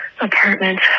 apartment